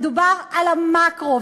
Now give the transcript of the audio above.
מדובר על המקרו,